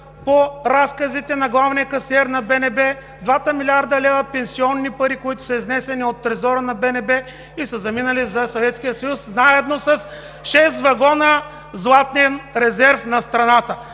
по разказите на главния касиер на БНБ – двата милиарда лева пенсионни пари, които са изнесени от трезора на БНБ и са заминали за Съветския съюз заедно с шест вагона златен резерв на страната.